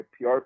PR